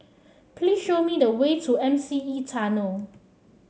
please show me the way to M C E Tunnel